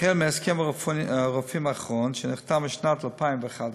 החל מהסכם הרופאים האחרון, שנחתם בשנת 2011,